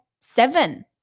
seven